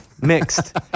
mixed